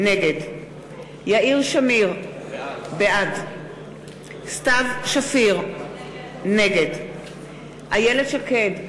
נגד יאיר שמיר, בעד סתיו שפיר, נגד איילת שקד,